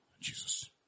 Jesus